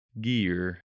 gear